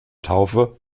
taufe